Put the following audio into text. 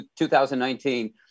2019